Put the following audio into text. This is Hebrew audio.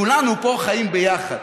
כולנו פה חיים ביחד.